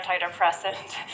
antidepressant